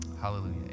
Hallelujah